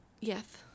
Yes